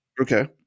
okay